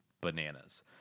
bananas